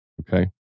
Okay